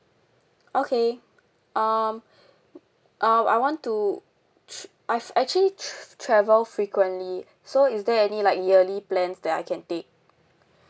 okay um uh I want to t~ I actually t~ travel frequently so is there any like yearly plans that I can take